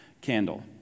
candle